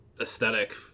aesthetic